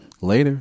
Later